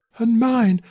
and mine,